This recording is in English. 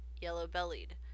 yellow-bellied